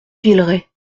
villerest